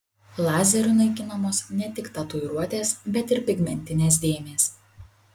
lazeriu naikinamos ne tik tatuiruotės bet ir pigmentinės dėmės